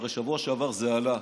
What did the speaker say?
הרי בשבוע שעבר זה עלה,